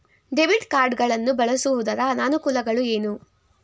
Debit card ಗಳನ್ನು ಬಳಸುವುದರ ಅನಾನುಕೂಲಗಳು ಏನು?